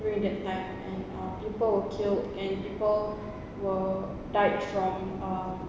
during that time and ah people were killed and people were died from um